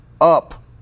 up